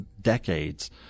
decades